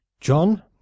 John